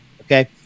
Okay